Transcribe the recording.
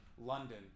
London